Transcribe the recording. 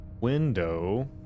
window